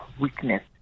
weakness